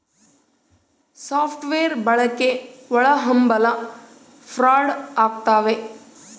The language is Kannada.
ಸಾಫ್ಟ್ ವೇರ್ ಬಳಕೆ ಒಳಹಂಭಲ ಫ್ರಾಡ್ ಆಗ್ತವ